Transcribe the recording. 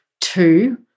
Two